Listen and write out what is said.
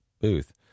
booth